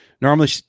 normally